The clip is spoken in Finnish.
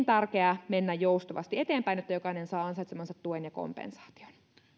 tärkeää mennä joustavasti eteenpäin että jokainen saa ansaitsemansa tuen ja kompensaation